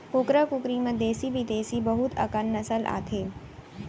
कुकरा कुकरी म देसी बिदेसी बहुत अकन नसल आथे